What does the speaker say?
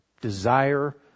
Desire